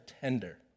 tender